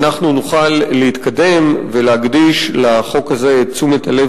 אנחנו נוכל להתקדם ולהקדיש לחוק הזה את תשומת הלב